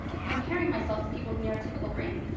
comparing myself to people with neurotypical brains,